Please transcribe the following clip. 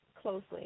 closely